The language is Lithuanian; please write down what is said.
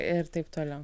ir taip toliau